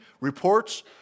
reports